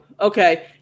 Okay